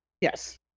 Yes